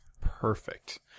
Perfect